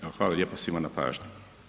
Evo, hvala lijepa svima na pažnji.